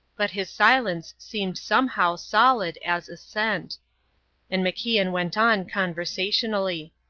but his silence seemed somehow solid as assent and macian went on conversationally.